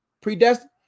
Predestined